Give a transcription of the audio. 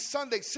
Sunday